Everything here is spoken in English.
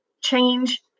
change